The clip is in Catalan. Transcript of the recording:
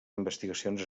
investigacions